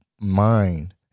mind